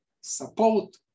support